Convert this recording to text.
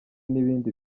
n’ibindi